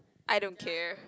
I don't care